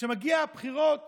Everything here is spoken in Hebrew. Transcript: כשמגיעות הבחירות